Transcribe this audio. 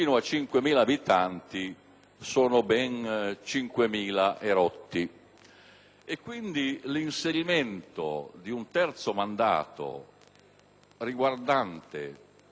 quindi l'inserimento di un terzo mandato per i sindaci di tutti questi Comuni avrebbe un peso notevole